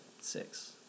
six